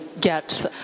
get